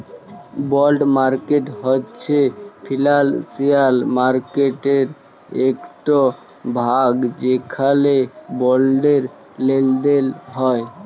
বল্ড market হছে financial মার্কেটের ইকট ভাগ যেখালে বল্ডের লেলদেল হ্যয়